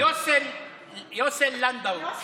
יוסל לנדאו.